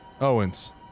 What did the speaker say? Owens